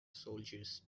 soldiers